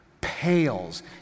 pales